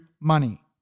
money